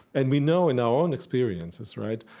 and we know in our own experiences right,